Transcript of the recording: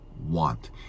want